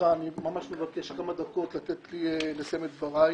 אני מבקש כמה דקות לאפשר לי לסיים את דבריי.